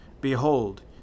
behold